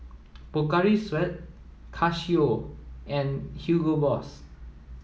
Pocari Sweat Casio and Hugo Boss